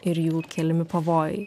ir jų keliami pavojai